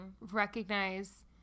recognize